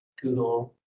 Google